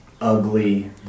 ugly